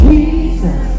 Jesus